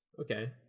Okay